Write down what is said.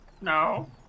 no